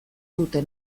dute